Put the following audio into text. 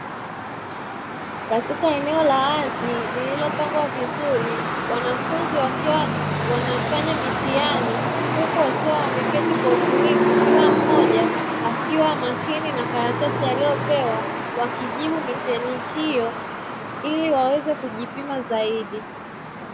Katika eneo la wazi lililopangwa vizuri wanafunzi wakiwa wanafanya mitihani, huku wakiwa wameketi kwa utulivu kila mmoja akiwa makini na karatasi aliyopewa wakijibu mitihani hiyo ili waweze kujipima zaidi